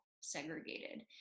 segregated